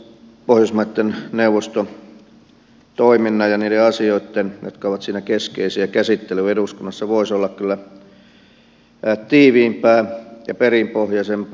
pohjoismaitten neuvoston toiminnan ja niiden asioitten jotka ovat siinä keskeisiä käsittely eduskunnassa voisi olla kyllä tiiviimpää ja perinpohjaisempaa